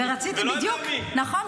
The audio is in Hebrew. ורציתי, בדיוק, נכון.